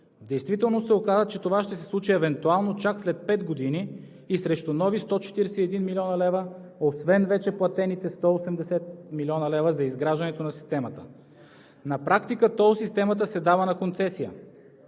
действителност се оказа, че това ще се случи евентуално чак след пет години и срещу нови 141 млн. лв., освен вече платените 180 млн. лв. за изграждането на системата. На практика тол системата се дава на концесия.